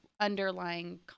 underlying